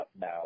now